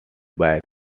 back